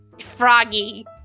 Froggy